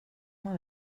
man